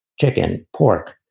chicken, pork,